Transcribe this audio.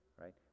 right